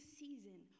season